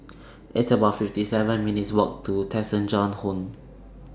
It's about fifty seven minutes' Walk to Tessensohn Road